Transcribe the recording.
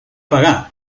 pagar